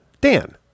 Dan